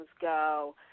go